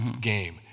game